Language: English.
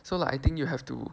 so like I think you have to